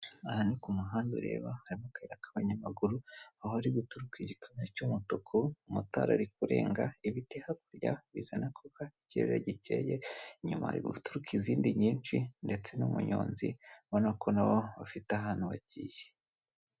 aha ni ku muhanda ureba hari akayira aka abanyamaguru aho hari guturuka igikamyo cy'umutuku motari ari kurenga ibiti hakurya bizana akuka, ikirere gikeye inyuma guturuka izindi nyinshi ndetse n'umunyonzi ubona ko nabo bafite ahantu bagiye.